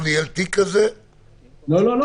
לא לא,